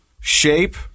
shape